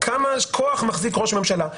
כמה כוח מחזיק ראש ממשלה.